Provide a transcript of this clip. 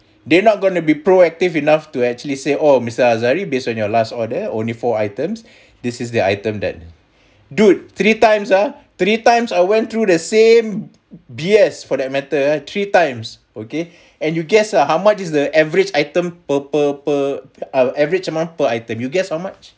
they're not going to be proactive enough to actually say oh mister azahari based on your last order only four items this is the item that dude three times ah three times I went through the same B_S for that matter three times okay and you guess ah how much is the average items per per per average amount per item you guess how much